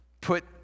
put